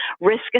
Risk